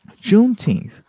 Juneteenth